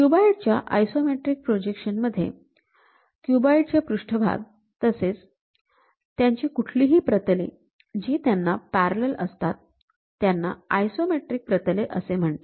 क्युबाईडच्या isometric projection मध्ये क्युबाईडचे पृष्ठभाग तसेच त्यांची कुठलीही प्रतले जी त्यांना पॅरलल असतात त्यांना आयसोमेट्रिक प्रतले असे म्हणतात